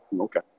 okay